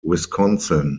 wisconsin